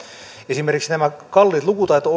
esimerkiksi näitä kalliita lukutaito